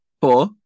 Four